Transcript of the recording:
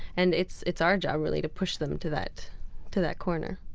and it's it's our job really to push them to that to that corner